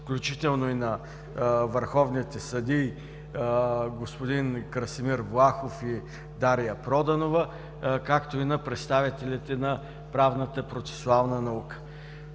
включително и на върховните съдии – господин Красимир Влахов и Дария Проданова, както и на представителите на правната процесуална наука.